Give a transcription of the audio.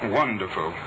wonderful